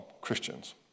Christians